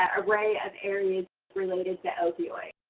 ah array of areas related to opioids.